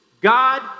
God